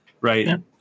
right